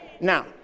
Now